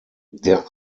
der